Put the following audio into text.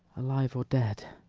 alive or dead?